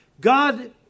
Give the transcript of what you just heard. God